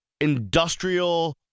industrial